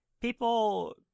people